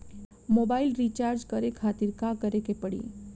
Mobile recharge करे खातिर का करे के पड़ी?